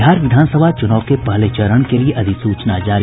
बिहार विधानसभा चूनाव के पहले चरण के लिए अधिसूचना जारी